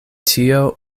tio